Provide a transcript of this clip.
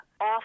off